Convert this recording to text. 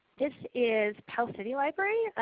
this is pell city library,